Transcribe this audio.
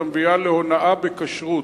המביאה להונאה בכשרות,